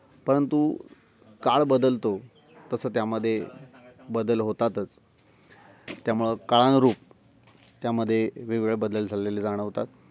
परंतु काळ बदलतो तसं त्यामध्ये बदल होतातच त्यामुळं काळानुरूप त्यामध्ये वेगवेगळे बदल झालेले जाणवतात